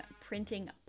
printing